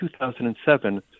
2007